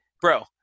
bro